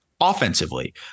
offensively